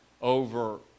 over